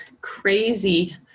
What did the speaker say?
crazy